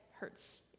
hurts